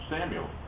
Samuel